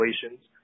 situations